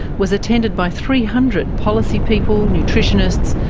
was attended by three hundred policy people, nutritionists,